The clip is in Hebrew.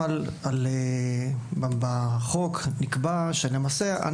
בחוק נקבע שלמעשה,